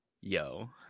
Yo